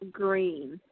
green